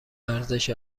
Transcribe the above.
ارزش